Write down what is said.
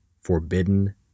Forbidden